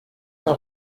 herr